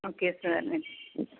okay sir